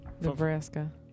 Nebraska